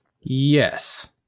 yes